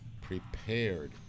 prepared